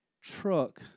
truck